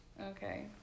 okay